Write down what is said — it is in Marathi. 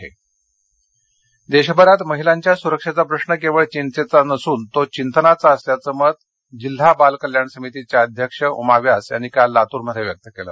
लातर देशभरात महिलांच्या सुरक्षेचा प्रश्न केवळ चिंतेचा नसून तो चिंतनाचा असल्याचं मत जिल्हा बाल कल्याण समितीच्या अध्यक्ष उमा व्यास यांनी काल लातूर मध्ये व्यक्त केलं